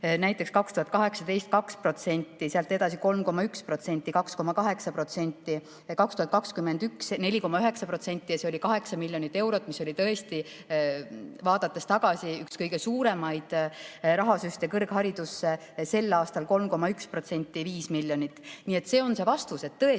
näiteks 2018 oli 2%, sealt edasi 3,1%, siis 2,8%, 2021 oli 4,9% ja see oli 8 miljonit eurot, mis oli tõesti tagasi vaadates üks kõige suuremaid rahasüste kõrgharidusse, sel aastal on 3,1%, 5 miljonit. Nii et see on vastus, et tõesti,